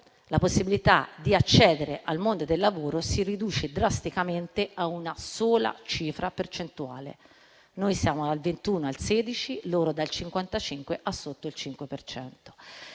la possibilità di accedere al mondo del lavoro si riduca drasticamente a una sola cifra percentuale: noi passiamo dal 21 al 16 per cento, loro